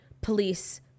police